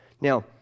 Now